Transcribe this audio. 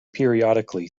periodically